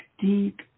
deep